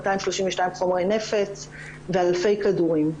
232 חומרי נפץ ואלפי כדורים.